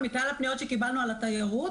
מכלל הפניות שקיבלנו על התיירות,